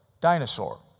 dinosaur